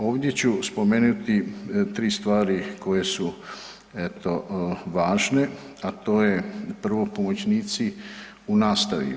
Ovdje ću spomenuti 3 stvari koje su eto važne, a to je, prvo, pomoćnici u nastavi.